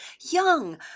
young